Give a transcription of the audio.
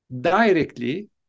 directly